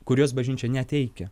kuriuos bažnyčia neteikia